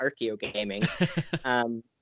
Archeogaming